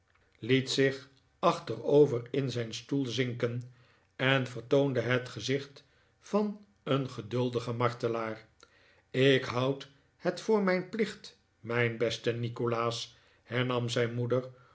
liet zich achterover in zijn stoel zinken en vertoonde het gezicht van een geduldigen martelaar ik houd het voor mijn plicht mijn beste nikolaas hernam zijn moeder